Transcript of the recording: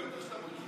בטח שאתה מכיר.